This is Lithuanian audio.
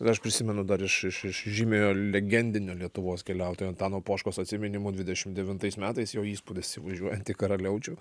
aš prisimenu dar iš iš iš žymiojo legendinio lietuvos keliautojo antano poškos atsiminimų dvidešim devintais metais jo įspūdis įvažiuojant į karaliaučių